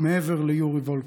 מעבר ליורי וולקוב: